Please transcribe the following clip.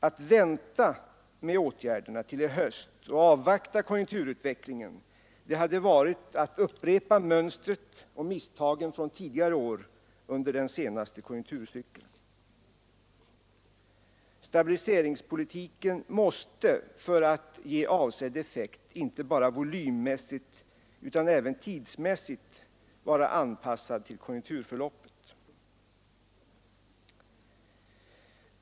Att vänta med åtgärderna till i höst och avvakta konjunkturutvecklingen hade varit att upprepa mönstret och misstagen från tidigare år under den senaste konjunkturcykeln. Stabiliseringspolitiken måste för att ge avsedd effekt inte bara volymmässigt utan även tidsmässigt vara anpassad till konjunkturförloppet.